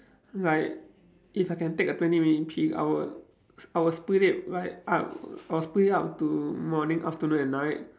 like if I can take a twenty minute peek I would I would split it right up I would split it up to morning afternoon and night